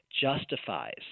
justifies